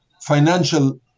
financial